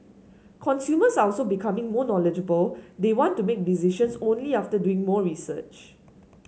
consumers are also becoming more knowledgeable they want to make decisions only after doing more research